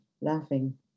laughing